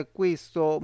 questo